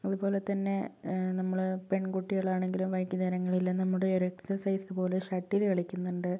അതുപോലെ തന്നെ നമ്മള് പെൺകുട്ടികളാണെങ്കിലും വൈകുന്നേരങ്ങളില് നമ്മുടെ ഒരു എക്സസൈസ് പോലെ ഷട്ടില് കളിക്കുന്നുണ്ട്